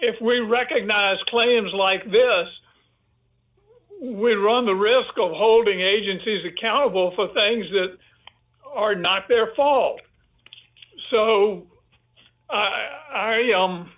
if we recognize claims like this run the risk of holding agencies accountable for things that are not their fault so i